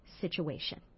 situation